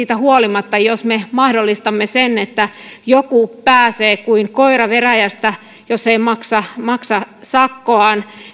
siitä huolimatta jos me mahdollistamme sen että joku pääsee kuin koira veräjästä jos ei maksa maksa sakkoaan